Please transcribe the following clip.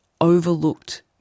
overlooked